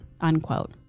Unquote